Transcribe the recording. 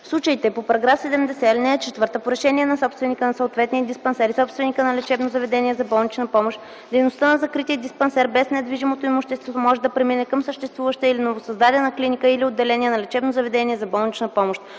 случаите по § 70, ал. 4 по решение на собственика на съответния диспансер и собственика на лечебно заведение за болнична помощ, дейността на закрития диспансер, без недвижимото имущество, може да премине към съществуваща или новосъздадена клиника или отделение на лечебно заведение за болнична помощ.